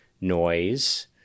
noise